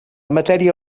matèria